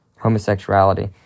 homosexuality